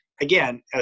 Again